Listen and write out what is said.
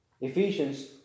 Ephesians